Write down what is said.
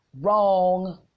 Wrong